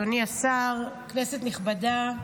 אדוני השר, כנסת נכבדה,